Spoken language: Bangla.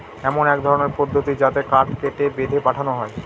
এমন এক ধরনের পদ্ধতি যাতে কাঠ কেটে, বেঁধে পাঠানো হয়